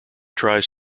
tries